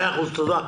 תודה.